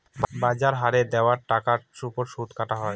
বাজার হারে দেওয়া টাকার ওপর সুদ কাটা হয়